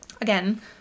Again